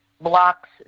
blocks